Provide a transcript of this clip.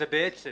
הוא בעצם